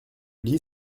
jolie